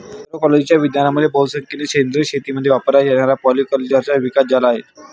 अग्रोइकोलॉजीच्या विज्ञानामुळे बहुसंख्येने सेंद्रिय शेतीमध्ये वापरल्या जाणाऱ्या पॉलीकल्चरचा विकास झाला आहे